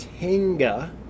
Tanga